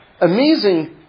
amazing